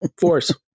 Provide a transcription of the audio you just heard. force